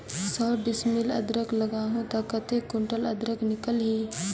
सौ डिसमिल अदरक लगाहूं ता कतेक कुंटल अदरक निकल ही?